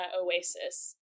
oasis